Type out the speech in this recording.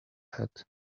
head